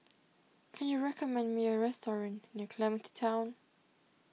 can you recommend me a restaurant near Clementi Town